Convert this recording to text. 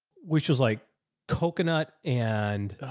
which was like coconut and